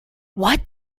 what